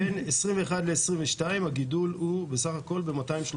בין 2021 ל-2022 הגידול הוא בסך הכול ב-230.